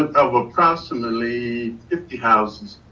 of approximately fifty houses,